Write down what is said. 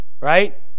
right